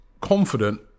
confident